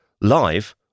live